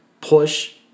push